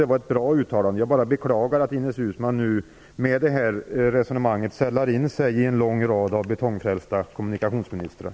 Det var ett bra uttalande. Jag beklagar bara att hon med det här resonemanget sällar sig till den långa raden av betongfrälsta kommunikationsministrar.